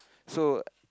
so